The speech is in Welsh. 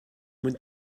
mwyn